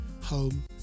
home